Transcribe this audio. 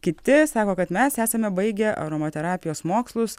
kiti sako kad mes esame baigę aromaterapijos mokslus